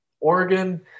Oregon